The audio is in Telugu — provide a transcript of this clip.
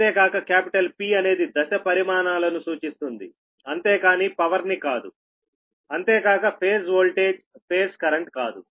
అంతేకాక క్యాపిటల్ 'P' అనేది దశ పరిమాణాలనుసూచిస్తుంది అంతేకానీ పవర్ ని కాదు అంతేకాక ఫేజ్ ఓల్టేజ్ ఫేజ్ కరెంట్ కాదు